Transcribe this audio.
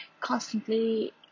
constantly